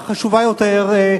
הערה שנייה, חשובה ביותר.